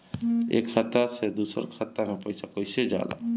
एक खाता से दूसर खाता मे पैसा कईसे जाला?